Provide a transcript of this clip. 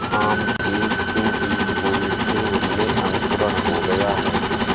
आम के जो बीज बोए थे उनमें अंकुरण हो गया है